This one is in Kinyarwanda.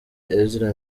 ezra